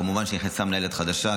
כמובן שנכנסה מנהלת חדשה,